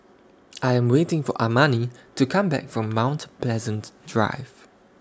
I Am waiting For Armani to Come Back from Mount Pleasant Drive